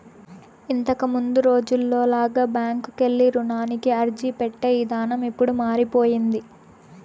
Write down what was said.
ఇంతకముందు రోజుల్లో లాగా బ్యాంకుకెళ్ళి రుణానికి అర్జీపెట్టే ఇదానం ఇప్పుడు మారిపొయ్యింది